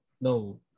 No